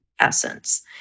essence